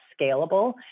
scalable